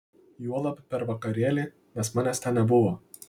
juolab per vakarėlį nes manęs ten nebuvo